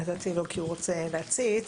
נתתי לו כי הוא רוצה להציץ,